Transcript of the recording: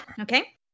Okay